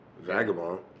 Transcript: Vagabond